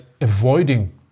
avoiding